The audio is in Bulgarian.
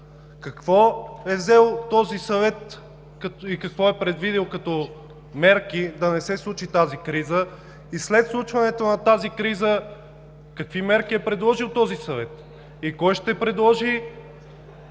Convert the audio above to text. Какво е взел този съвет и какво е предвидил като мерки да не се случи тази криза? След случването на тази криза какви мерки е предложил този съвет? Кой ще предложи